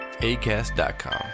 Acast.com